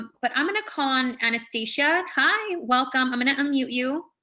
but i'm gonna call on anastasia, hi, welcome, i'm gonna unmute you.